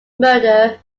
murder